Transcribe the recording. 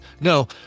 no